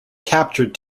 captured